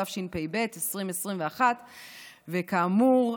התשפ"ב 2022. כאמור,